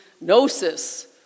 Gnosis